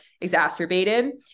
exacerbated